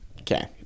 okay